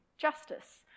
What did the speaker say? justice